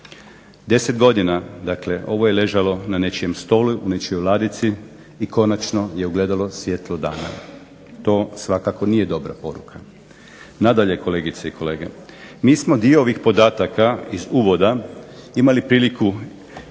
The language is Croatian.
10 godina, dakle ovo je ležalo na nečijem stolu, u nečijoj ladici i konačno je ugledalo svjetlo dana. To svakako nije dobra poruka. Nadalje kolegice i kolege. Mi smo dio ovih podataka iz uvoda imali priliku se